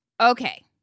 okay